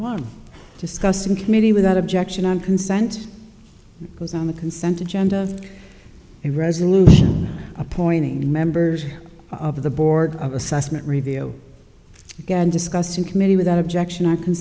one discussed in committee without objection on consent goes on the consent agenda a resolution appointing members of the board of assessment review began discussing committee without objection i c